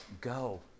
go